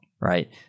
right